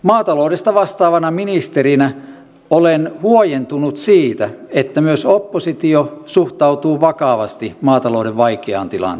maataloudesta vastaavana ministerinä olen huojentunut siitä että myös oppositio suhtautuu vakavasti maatalouden vaikeaan tilanteeseen